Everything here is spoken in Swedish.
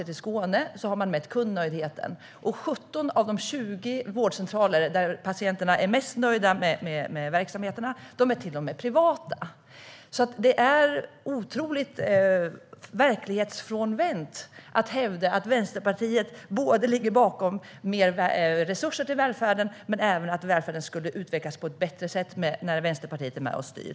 I Skåne har man mätt kundnöjdheten, och 17 av de 20 vårdcentraler som patienterna är mest nöjda med är till och med privata. Det är otroligt verklighetsfrånvänt att hävda att Vänsterpartiet ligger bakom mer resurser till välfärden och att välfärden skulle utvecklas på ett bättre sätt när Vänsterpartiet är med och styr.